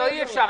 אי-אפשר.